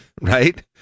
right